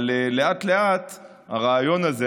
אבל לאט-לאט הרעיון הזה,